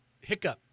hiccup